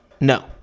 No